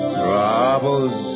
troubles